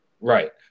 Right